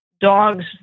dogs